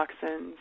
toxins